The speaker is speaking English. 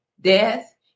death